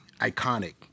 iconic